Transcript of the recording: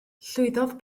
llwyddodd